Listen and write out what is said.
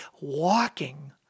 walking